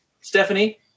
Stephanie